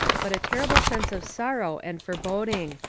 but a terrible sense of sorrow and foreboding.